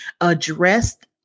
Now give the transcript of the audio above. addressed